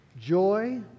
joy